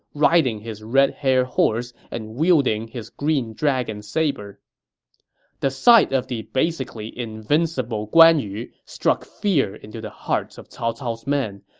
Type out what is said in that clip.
riding his red hare horse and wielding his green dragon saber the sight of the basically invincible guan yu struck fear into the hearts of cao cao's men,